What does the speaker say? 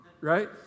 Right